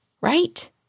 right